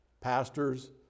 pastors